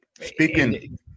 Speaking –